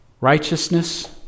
righteousness